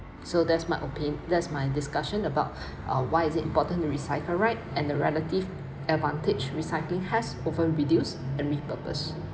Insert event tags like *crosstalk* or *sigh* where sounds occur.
so that's my opin~ that's my discussion about *breath* uh why is it important to recycle right and the relative advantage recycling has over reduce and repurpose